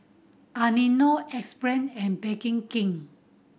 Anello Axe Brand and King